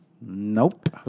Nope